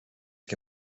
que